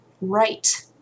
right